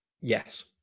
Yes